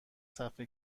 صفحه